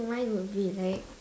mine would be like